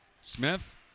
Smith